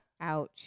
ouch